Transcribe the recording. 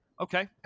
Okay